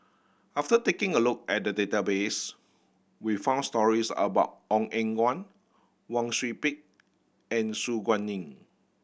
after taking a look at the database we found stories about Ong Eng Guan Wang Sui Pick and Su Guaning